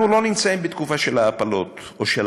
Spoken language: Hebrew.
אנחנו לא נמצאים בתקופה של העפלות או של